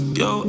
yo